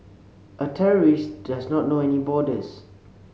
a terrorist does not know any borders